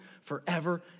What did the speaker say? forever